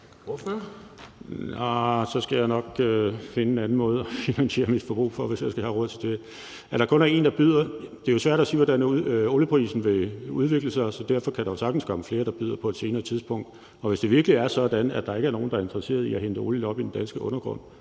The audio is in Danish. Arh, så skal jeg nok finde en anden måde at finansiere mit forbrug på, hvis jeg skal have råd til det. I forhold til at der kun er én, der byder, er det jo svært at sige, hvordan olieprisen vil udvikle sig, så derfor kan der sagtens komme flere, der byder, på et senere tidspunkt. Og hvis det virkelig er sådan, at der ikke er nogen, der er interesserede i at hente olien op af den danske undergrund,